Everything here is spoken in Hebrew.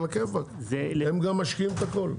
על הכיפאק הם גם משקיעים את הכל.